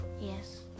Yes